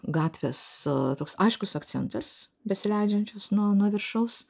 gatvės toks aiškus akcentas besileidžiančios nuo nuo viršaus